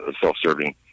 self-serving